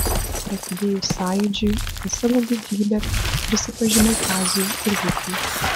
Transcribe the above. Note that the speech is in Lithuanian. prasidėjus sąjūdžiui apie savo gudrybę prisipažinau kaziui ir vikiui